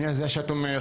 אני התומך,